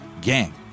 Gang